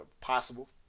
possible